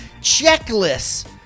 checklists